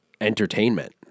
entertainment